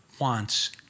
wants